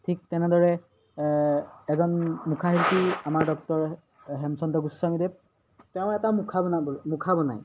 ঠিক তেনেদৰে এজন মুখাশিল্পী আমাৰ ডক্টৰ হেমচন্দ্ৰ গোস্বামীদেৱ তেওঁ এটা মুখা বনাবলৈ মুখা বনায়